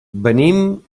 venim